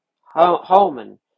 Holman